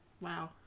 wow